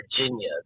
Virginia